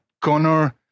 Connor